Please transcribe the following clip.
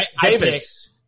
Davis